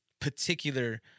particular